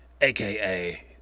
aka